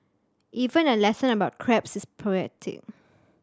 even a lesson about crabs is poetic